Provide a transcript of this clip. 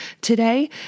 today